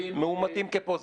מאומתים כ positive.